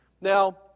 Now